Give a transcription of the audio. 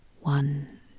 one